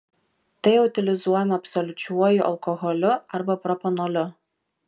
tai utilizuojama absoliučiuoju alkoholiu arba propanoliu